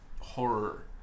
horror